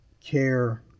care